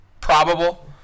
probable